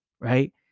Right